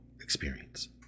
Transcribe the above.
experience